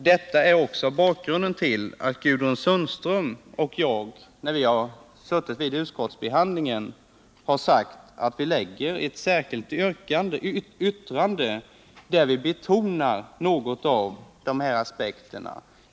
Det är också bakgrunden till att Gudrun Sundström och jag vid utskottsbehandlingen avgivit ett särskilt yttrande där vi betonar dessa aspekter.